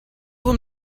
them